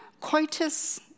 coitus